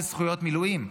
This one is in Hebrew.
לזכויות מילואים,